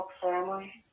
Family